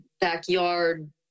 backyard